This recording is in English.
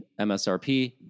MSRP